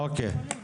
אוקיי.